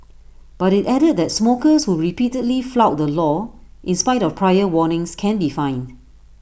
but IT added that smokers who repeatedly flout the law in spite of prior warnings can be fined